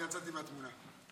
אני יצאתי מהתמונה.